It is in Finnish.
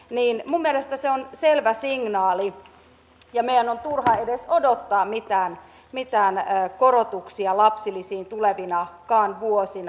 niin että indeksisidonnaisuuden on selvä signaali ja meidän on turha edes odottaa mitään korotuksia lapsilisiin tulevinakaan vuosina